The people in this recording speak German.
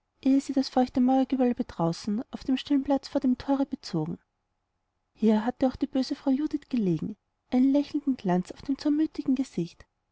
das feuchte mauergewölbe draußen auf dem stillen platz vor dem thore bezogen hier hatte auch die böse frau judith gelegen einen lächelnden glanz auf dem zornmütigen gesicht